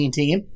team